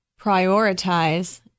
prioritize